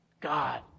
God